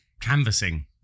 canvassing